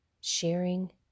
Sharing